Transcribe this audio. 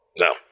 No